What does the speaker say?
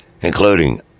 including